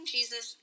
Jesus